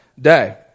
day